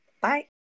bye